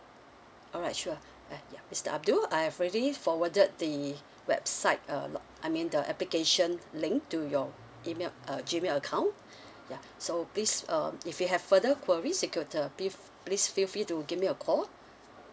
alright sure ah ya mister abdul I have already forwarded the website uh log I mean the application link to your email uh gmail account ya so please uh if you have further queries you could uh please feel free to give me a call